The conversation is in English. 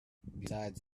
besides